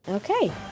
Okay